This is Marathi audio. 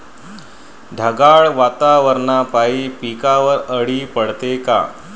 ढगाळ वातावरनापाई पिकावर अळी पडते का?